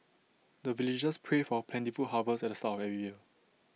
the villagers pray for plentiful harvest at the start of every year